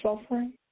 suffering